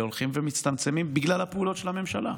הולכים ומצטמצמים בגלל הפעולות של הממשלה.